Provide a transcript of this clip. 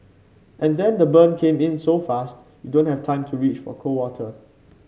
and then the burn came in so fast you don't have time to reach for cold water